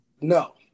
No